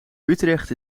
utrecht